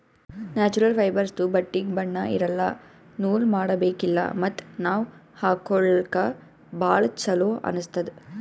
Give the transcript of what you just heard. natural ಫೈಬರ್ಸ್ದು ಬಟ್ಟಿಗ್ ಬಣ್ಣಾ ಇರಲ್ಲ ನೂಲ್ ಮಾಡಬೇಕಿಲ್ಲ ಮತ್ತ್ ನಾವ್ ಹಾಕೊಳ್ಕ ಭಾಳ್ ಚೊಲೋ ಅನ್ನಸ್ತದ್